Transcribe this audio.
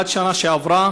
עד שנה שעברה,